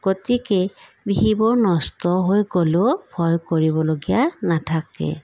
গতিকে কৃষিবোৰ নষ্ট হৈ গ'লেও ভয় কৰিবলগীয়া নাথাকে